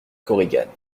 korigane